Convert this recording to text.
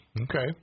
Okay